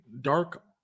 dark